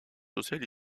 social